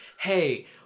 hey